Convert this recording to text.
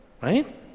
right